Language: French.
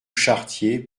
chartier